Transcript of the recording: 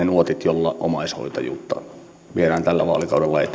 nuotit joilla omaishoitajuutta viedään tällä vaalikaudella eteenpäin